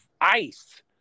ice